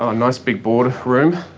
ah nice big board room,